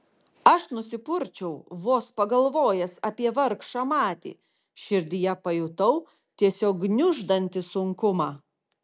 aš nusipurčiau vos pagalvojęs apie vargšą matį širdyje pajutau tiesiog gniuždantį sunkumą